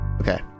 Okay